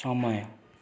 समय